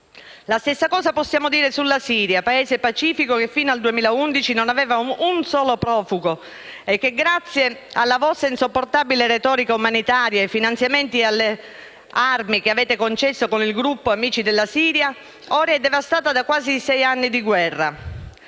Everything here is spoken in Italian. La stessa cosa possiamo dire sulla Siria, Paese pacifico che fino al 2011 non aveva un solo profugo e che, grazie alla vostra insopportabile retorica umanitaria, ai finanziamenti e alle armi che avete concesso con il gruppo "Amici della Siria", ora è devastata da quasi sei anni di guerra.